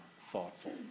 thoughtful